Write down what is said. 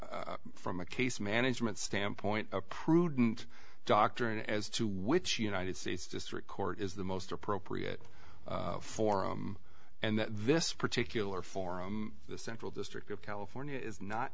from a case management standpoint a prudent doctrine as to which united states district court is the most appropriate forum and this particular forum the central district of california is not